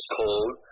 cold